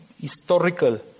historical